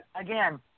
Again